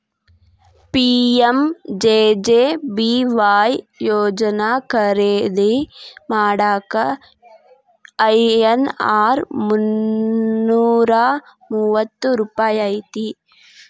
PMJJBY ಯೋಜನಾ ಖರೇದಿ ಮಾಡಾಕ ಐ.ಎನ್.ಆರ್ ಮುನ್ನೂರಾ ಮೂವತ್ತ ರೂಪಾಯಿ ಐತಿ